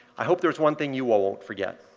i hope there's one thing you all won't forget